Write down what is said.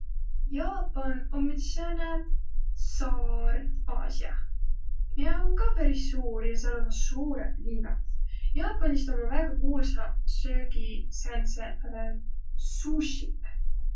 Jaapan om üts sääne saar Aasiah, miä om kah peris suur ja sääl ommaq suurõq liinaq. Jaapanist ommaq väega kuulsaq söögiq säändseq sushiq.